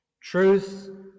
Truth